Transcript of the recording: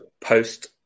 post